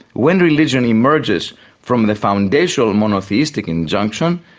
when religion emerges from the foundational and monotheistic injunction,